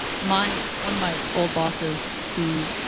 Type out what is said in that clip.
my one of my old bosses who